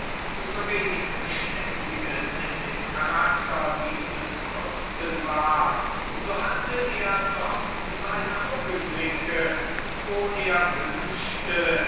so wenig beständiges auch in dionysens charakter war so hatte er doch seine augenblicke wo er wünschte